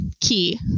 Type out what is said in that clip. key